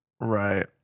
right